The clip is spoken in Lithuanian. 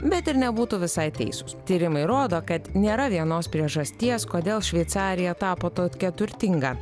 bet ir nebūtų visai teisūs tyrimai rodo kad nėra vienos priežasties kodėl šveicarija tapo tokia turtinga